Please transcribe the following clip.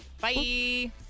Bye